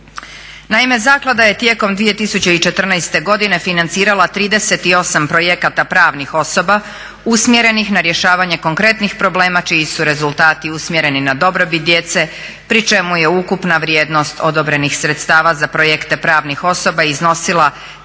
Naime, zaklada je tijekom 2014.godine financirala 38 projekata pravnih osoba usmjerenih na rješavanje konkretnih problema čiji su rezultati usmjereni na dobrobit djece pri čemu je ukupna vrijednost odobrenih sredstava za projekte pravnih osoba iznosila 3